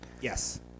Yes